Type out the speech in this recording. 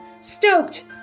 Stoked